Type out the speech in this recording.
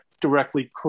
directly